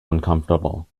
uncomfortable